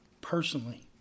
personally